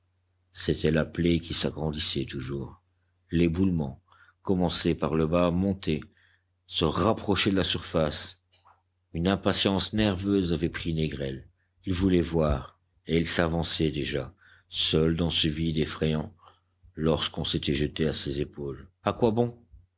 c'était la plaie qui s'agrandissait toujours l'éboulement commencé par le bas montait se rapprochait de la surface une impatience nerveuse avait pris négrel il voulait voir et il s'avançait déjà seul dans ce vide effrayant lorsqu'on s'était jeté à ses épaules a quoi bon